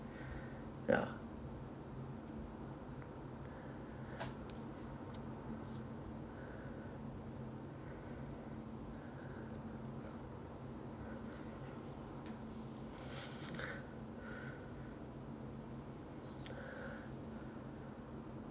ya